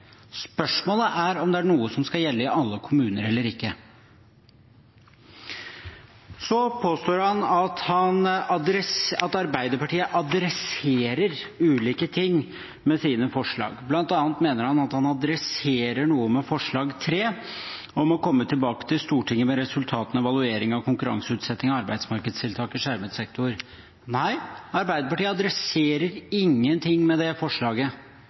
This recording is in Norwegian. Spørsmålet er om det er noe som skal gjelde i alle kommuner eller ikke. Så påstår han at Arbeiderpartiet adresserer ulike ting med sine forslag. Blant annet mener han at han adresserer noe med forslag nr. 3, om å «komme tilbake til Stortinget med resultatene av evalueringen av konkurranseutsettingen av arbeidsmarkedstiltak i skjermet sektor». Nei, Arbeiderpartiet adresserer ingenting med det forslaget,